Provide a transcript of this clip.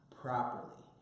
properly